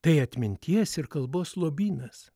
tai atminties ir kalbos lobynas